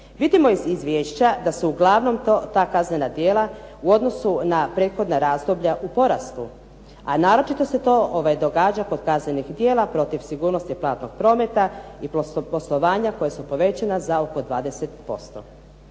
Vidimo iz izvješća da su uglavnom ta kaznena djela u odnosu na prethodna razdoblja u porastu a naročito se to događa kod kaznenih djela protiv sigurnosti platnog prometa i poslovanja koja su povećana za oko 20%.